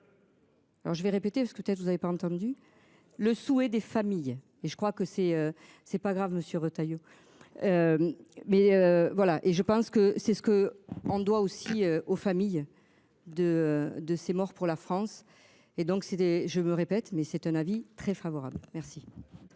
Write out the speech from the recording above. Alors je vais répéter parce que peut-être vous avez pas entendu le souhait des familles et je crois que c'est c'est pas grave. Monsieur Retailleau. Mais voilà et je pense que c'est ce que on doit aussi aux familles de de ces morts pour la France et donc c'est des. Je me répète, mais c'est un avis très favorable. Merci.